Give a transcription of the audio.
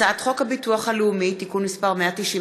הצעת חוק הביטוח הלאומי (תיקון מס'